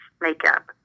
makeup